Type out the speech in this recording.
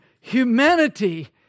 humanity